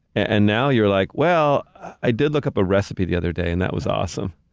and now you're like, well, i did look up a recipe the other day and that was awesome.